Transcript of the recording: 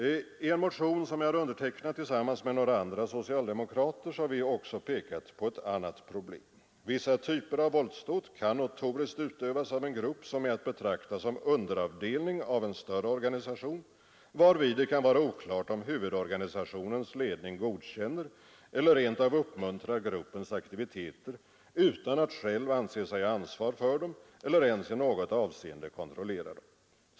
I en motion som jag har undertecknat tillsammans med några andra socialdemokrater pekas också på ett annat problem. Vissa typer av våldsdåd kan notoriskt utövas av en grupp som är att betrakta som underavdelning av en större organisation, varvid det kan vara oklart om huvudorganisationens ledning godkänner eller rent av uppmuntrar gruppens aktiviteter utan att själv anse sig ha ansvar för dem eller ens i något avseende kontrollera dem.